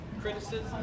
criticism